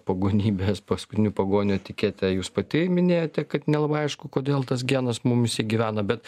pagonybės paskutinių pagonių etiketę jūs pati minėjote kad nelabai aišku kodėl tas genas mumyse gyvena bet